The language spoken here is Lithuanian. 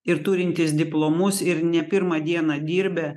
ir turintys diplomus ir ne pirmą dieną dirbę